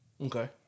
Okay